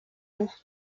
vous